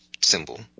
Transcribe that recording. symbol